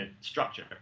structure